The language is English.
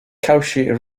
cauchy